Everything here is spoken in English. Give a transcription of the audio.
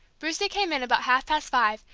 brucie came in about half-past five,